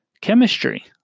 chemistry